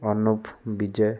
Anup Bijay